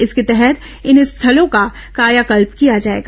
इसके तहत इन स्थलों का कायाकल्प किया जाएगा